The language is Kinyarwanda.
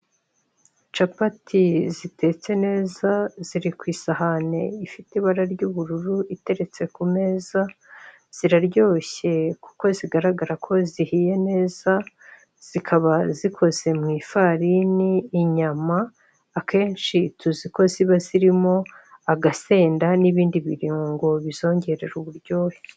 Capati zitetse neza ziri ku isahane ifite ibara ry'ubururu iteretse ku meza, ziraryoshye kuko zigaragara ko zihiye neza zikaba zikoze mu ifarini, inyama akenshi tuzi ko ziba zirimo agasenda n'ibindi birungo bizongerera uburyohe